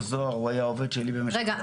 זהר הוא היה עובד שלי במשך -- רגע,